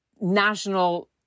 national